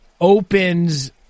opens